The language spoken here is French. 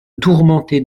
tourmenté